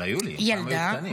אבל היו לי, הם גם היו קטנים.